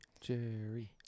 Jerry